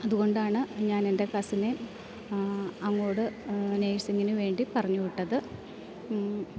അതുകൊണ്ടാണ് ഞാനെൻ്റെ കസിനെ അങ്ങോട് നേഴ്സിങ്ങിന് വേണ്ടി പറഞ്ഞുവിട്ടത്